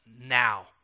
now